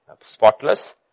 spotless